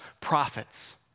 prophets